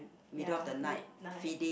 ya midnight